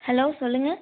hello சொல்லுங்கள்